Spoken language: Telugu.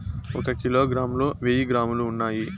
ఒక కిలోగ్రామ్ లో వెయ్యి గ్రాములు ఉన్నాయి